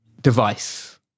device